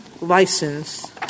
license